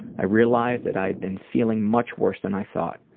i realized that i had been feeling much worse than i thought.